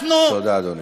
תודה, אדוני.